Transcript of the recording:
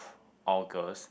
August